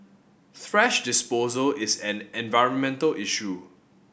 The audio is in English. thrash disposal is an environmental issue